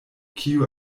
kiu